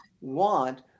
want